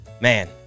man